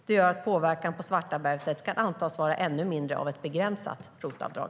Det gör att påverkan på svartarbete kan antas vara ännu mindre av ett begränsat ROT-avdrag.